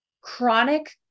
Chronic